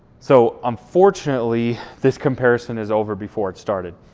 so unfortunately this comparison is over before it started,